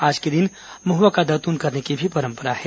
आज के दिन महुआ का दातून करने की भी परंपरा भी है